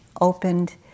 opened